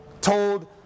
told